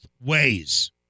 ways